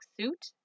suit